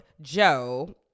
Joe